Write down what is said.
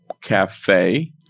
Cafe